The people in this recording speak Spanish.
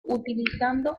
utilizando